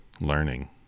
learning